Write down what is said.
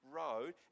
road